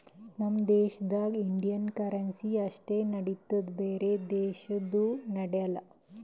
ನಮ್ ದೇಶದಾಗ್ Indian currency ಅಷ್ಟೇ ನಡಿತ್ತುದ್ ಬ್ಯಾರೆ ದೇಶದು ನಡ್ಯಾಲ್